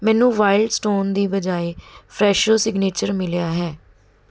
ਮੈਨੂੰ wild stone ਦੀ ਬਜਾਏ ਫਰੈਸ਼ੋ ਸਿਗਨੇਚਰ ਮਿਲਿਆ ਹੈ